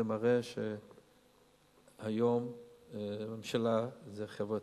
זה מראה שהיום הממשלה, זה חברתי.